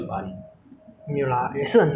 等你回来新加坡也需要做到 test